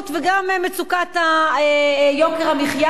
זה גם דיור וגם בריאות וגם מצוקת יוקר המחיה,